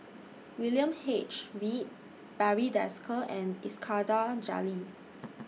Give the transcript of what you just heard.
William H Read Barry Desker and Iskandar Jalil